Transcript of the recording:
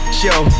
show